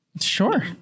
Sure